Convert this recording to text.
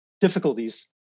Difficulties